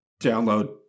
download